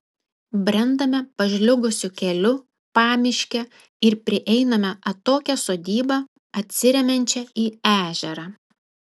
brendame pažliugusiu keliu pamiške ir prieiname atokią sodybą atsiremiančią į ežerą